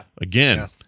Again